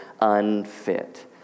Unfit